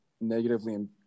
negatively